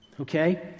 Okay